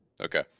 Okay